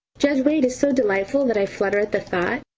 judge wade is so delightful that i flutter at the thought,